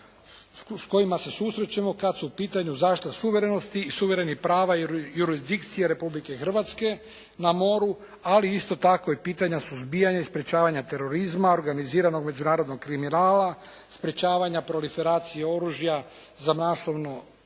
s kojima se susrećemo kad su u pitanju zaštita suverenosti i suverenih prava, jurisdikcije Republike Hrvatske na moru ali isto tako i pitanja suzbijanja i sprječavanja terorizma, organiziranog međunarodnog kriminala, sprječavanja proliferacije oružja za masovno